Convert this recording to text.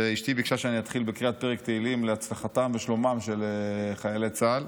אשתי ביקשה שאני אתחיל בקריאת פרק תהילים להצלחתם ושלומם של חיילי צה"ל.